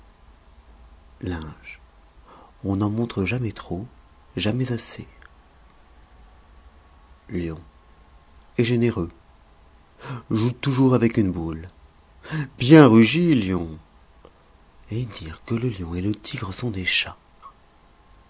linge on n'en montre jamais trop jamais assez lion est généreux jour toujours avec une boule bien rugi lion et dire que le lion et le tigre sont des chats